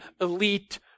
elite